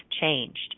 changed